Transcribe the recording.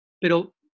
pero